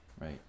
right